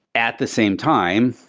at the same time,